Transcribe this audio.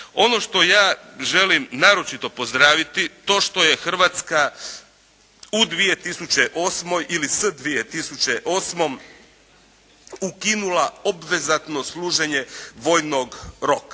Ono što ja želim naročito pozdraviti, to što je Hrvatska u 2008. ili s 2008. ukinula obvezatno služenje vojnog roka.